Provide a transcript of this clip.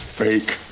fake